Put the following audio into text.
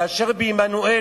כאשר בעמנואל,